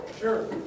Sure